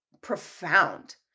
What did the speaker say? profound